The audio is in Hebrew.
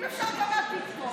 אפשר גם מהטיקטוק?